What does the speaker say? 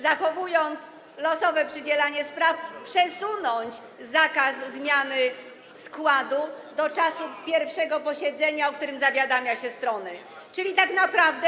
Zachowując losowe przydzielanie spraw, przesunąć zakaz zmiany składu do czasu pierwszego posiedzenia, o którym zawiadamia się strony, czyli tak naprawdę.